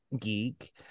geek